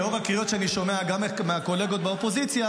לאור הקריאות שאני שומע גם מהקולגות באופוזיציה,